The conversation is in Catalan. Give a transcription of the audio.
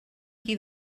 qui